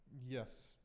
Yes